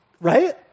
Right